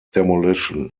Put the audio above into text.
demolition